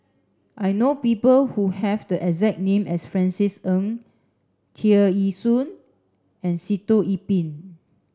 I know people who have the exact name as Francis Ng Tear Ee Soon and Sitoh Yih Pin